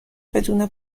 بدون